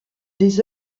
des